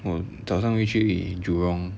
我早上会去 jurong